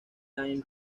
time